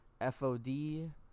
FOD